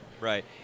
right